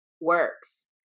works